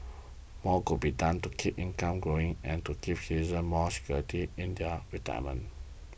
more could be done to keep incomes growing and to give citizens more security in done retirement